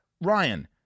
Ryan